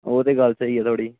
ओह् ते गल्ल स्हेई ऐ थुआढ़ी